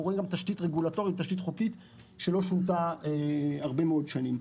אנחנו רואים גם תשתית רגולטורית וחוקית שלא שונתה הרבה מאוד שנים.